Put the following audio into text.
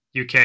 UK